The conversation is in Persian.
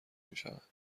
میشوند